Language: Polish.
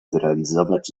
zrealizować